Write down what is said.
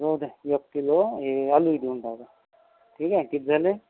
जाऊ द्या एक किलो हे आलूही देऊन टाका ठीक आहे किती झाले